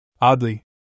Oddly